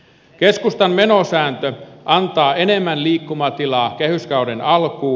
keskustan menosääntö antaa enemmän liikkumatilaa kehyskauden alkuun